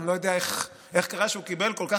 אני לא יודע איך קרה שהוא קיבל כל כך